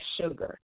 sugar